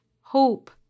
hope